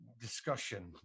discussion